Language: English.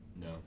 No